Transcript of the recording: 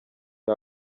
her